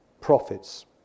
profits